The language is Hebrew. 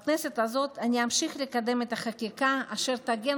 בכנסת הזאת אני אמשיך לקדם את החקיקה אשר תגן